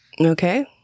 Okay